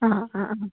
ആ അ അ അ